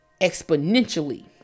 exponentially